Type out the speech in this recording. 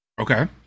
Okay